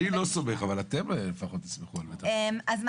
כולם סומכים על בית המשפט פתאום?